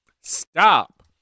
Stop